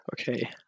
okay